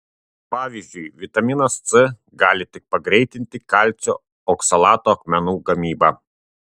pavyzdžiui vitaminas c gali tik pagreitinti kalcio oksalato akmenų gamybą